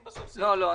לא, לא.